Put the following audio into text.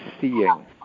seeing